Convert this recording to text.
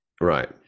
Right